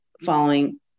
following